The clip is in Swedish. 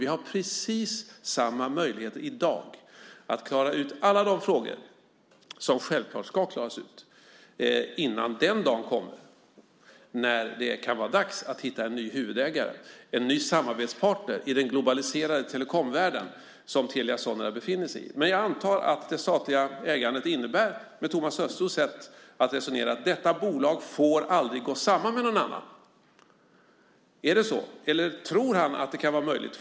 Vi har precis samma möjligheter som i dag att klara ut alla de frågor som självklart ska klaras ut innan den dag kommer då det kan vara dags att hitta en ny huvudägare, en ny samarbetspartner i den globaliserade telekomvärld som Telia Sonera befinner sig i. Men jag antar att det statliga ägandet innebär, med Thomas Östros sätt att resonera, att detta bolag aldrig får gå samman med något annat. Är det så, eller tror han att det kan vara möjligt?